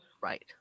Right